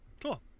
Cool